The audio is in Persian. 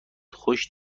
خوش